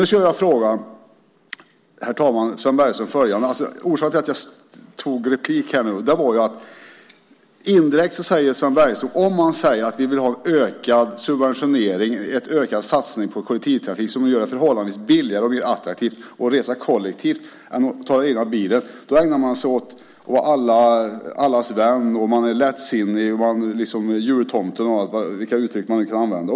Nu skulle jag vilja fråga Sven Bergström en sak. Orsaken till att jag begärde replik var att Sven Bergström indirekt säger att om man vill ha en ökad subventionering, en ökad satsning på kollektivtrafik som gör det förhållandevis billigare och mer attraktivt att resa kollektivt än att ta den egna bilen, så ägnar man sig åt att vara allas vän, man är lättsinnig, man är jultomten och vilka uttryck vi nu vill använda.